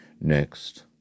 Next